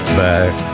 back